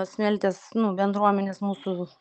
smeltės nu bendruomenės mūsų